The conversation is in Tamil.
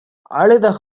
அழுத